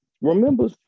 remember